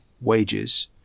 wages